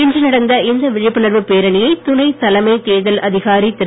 இன்று நடந்த இந்த விழிப்புணர்வு பேரணியை துணை தலைமை தேர்தல் அதிகாரி திரு